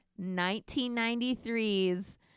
1993's